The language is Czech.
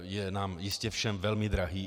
Je nám jistě všem velmi drahý.